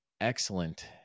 excellent